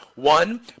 One